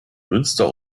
münster